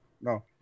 No